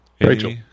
Rachel